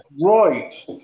right